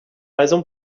raison